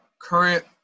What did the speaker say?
current